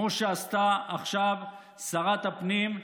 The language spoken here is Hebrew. כמו שעשתה עכשיו שרת הפנים,